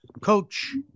Coach